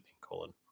colon